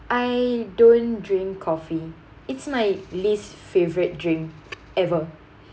I don't drink coffee it's my least favourite drink ever